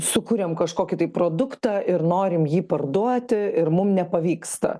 sukuriam kažkokį tai produktą ir norim jį parduoti ir mum nepavyksta